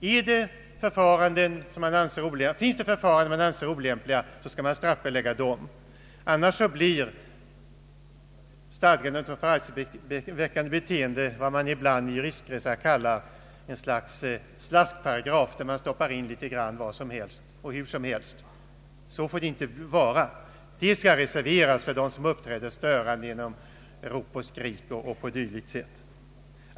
Finns det förfaranden som man anser olämpliga skall dessa straffbeläggas. Annars blir stadgandet om förargelseväckande beteende vad man ibland i juristkretsar kallar en slags slaskparagraf, som man använder litet var som helst och hur som helst. Så får det inte vara. Den skall reserveras för dem som uppträder störande genom rop, skrik o. d.